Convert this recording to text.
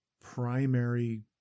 primary